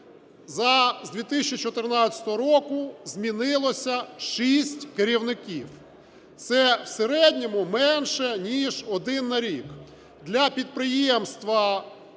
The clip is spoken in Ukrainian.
З 2014 року змінилося шість керівників, це в середньому менше ніж один на рік.